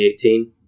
2018